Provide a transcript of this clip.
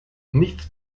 nichts